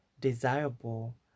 desirable